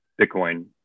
Bitcoin